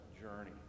journey